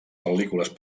pel·lícules